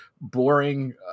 boring